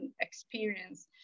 experience